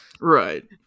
Right